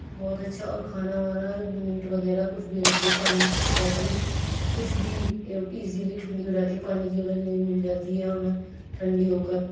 بہت اچھا اور کھانا وانا میٹ وغیرہ کچھ بھی رکھ دو پانی کی بوٹل کچھ بھی ایزیلی ٹھنڈی ہو جاتی ہے پانی کی بوتل یوں ہی مل جاتی ہے ہمیں ٹھنڈی ہو کر